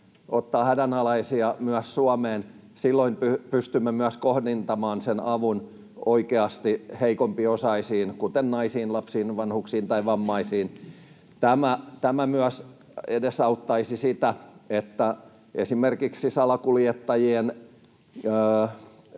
ottaa hädänalaisia myös Suomeen, silloin pystymme kohdentamaan sen avun oikeasti heikompiosaisiin, kuten naisiin, lapsiin, vanhuksiin tai vammaisiin. Tämä myös edesauttaisi sitä, että esimerkiksi salakuljettajien